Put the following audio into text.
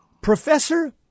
Professor